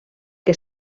que